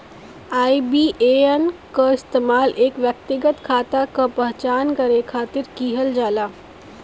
IBAN क इस्तेमाल एक व्यक्तिगत खाता क पहचान करे खातिर किहल जाला